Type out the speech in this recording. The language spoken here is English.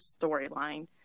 storyline